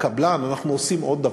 לקבלן אנחנו עושים עוד דבר.